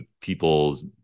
people's